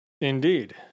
Indeed